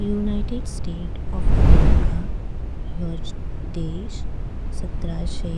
United States of America यो देश सत्राशे